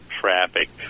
traffic